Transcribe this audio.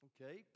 Okay